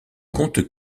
compte